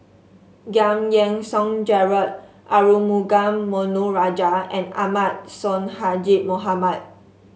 Giam Yean Song Gerald Arumugam Ponnu Rajah and Ahmad Sonhadji Mohamad